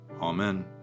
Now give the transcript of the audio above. Amen